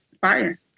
fire